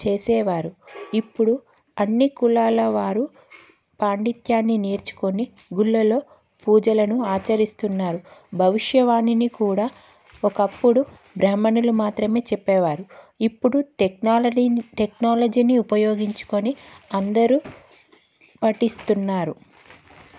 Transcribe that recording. చేసేవారు ఇప్పుడు అన్ని కులాల వారు పాండిత్యాన్ని నేర్చుకొని గుళ్ళలో పూజలను ఆచరిస్తున్నారు భవిష్యవాణిని కూడా ఒకప్పుడు బ్రాహ్మణులు మాత్రమే చెప్పేవారు ఇప్పుడు టెక్నాలజీని ఉపయోగించుకొని అందరూ పఠిస్తున్నారు